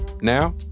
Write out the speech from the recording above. now